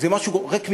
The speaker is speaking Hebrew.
זה משהו ריק מתוכן,